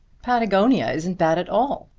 patagonia isn't bad at all,